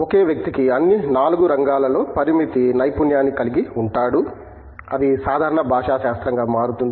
ఒకే వ్యక్తి కి అన్నీ4 రంగాలలో పరిమిత నైపుణ్యాన్ని కలిగి ఉంటాడు అది సాధారణ భాషాశాస్త్రంగా మారుతుంది